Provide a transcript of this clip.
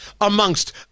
amongst